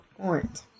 point